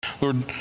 Lord